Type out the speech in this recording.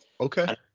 okay